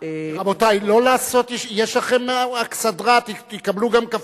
רבותי, יש לכם אכסדרה, תקבלו גם קפה,